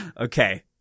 Okay